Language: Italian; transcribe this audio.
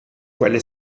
quelle